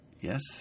Yes